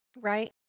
Right